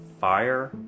fire